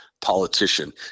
politician